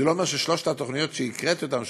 וזה לא אומר ששלוש התוכניות שהקראתי את שמותיהן,